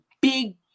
big